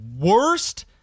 worst